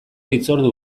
hitzordu